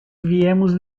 viemos